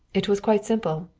it was quite simple.